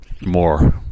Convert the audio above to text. more